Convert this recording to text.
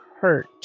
hurt